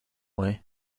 way